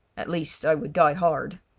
at least, i would die hard.